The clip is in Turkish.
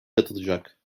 katılacak